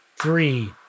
three